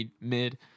mid